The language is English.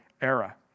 era